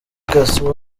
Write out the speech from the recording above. castro